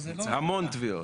המון תביעות.